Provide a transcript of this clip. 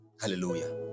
hallelujah